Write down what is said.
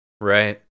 Right